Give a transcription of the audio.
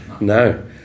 no